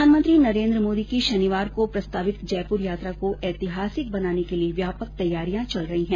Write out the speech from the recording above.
प्रधानमंत्री नरेंद्र मोदी की शनिवार को प्रस्तावित जयपुर यात्रा को ऐतिहासिक बनाने के लिए व्यापक तैयारियां चल रही हैं